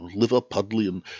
Liverpudlian